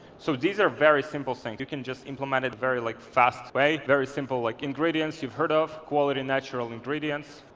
so these are very simple things. you can just implement it very like fast way. very simple like ingredients you've heard of, quality natural ingredients.